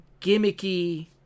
gimmicky